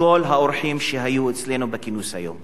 ולכל האורחים שהיו אצלנו בכינוס היום.